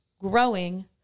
growing